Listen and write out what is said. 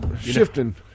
shifting